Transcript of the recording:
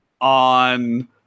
on